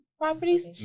properties